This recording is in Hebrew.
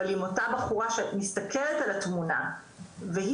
אבל אם אותה בחורה שמסתכלת על התמונה והיא